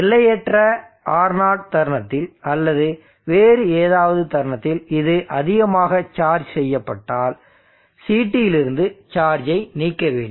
எல்லையற்ற R0 தருணத்தில் அல்லது வேறு ஏதாவது தருணத்தில் இது அதிகமாக சார்ஜ் செய்யப்பட்டால் CT லிருந்து சார்ஜை நீக்க வேண்டும்